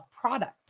product